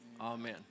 Amen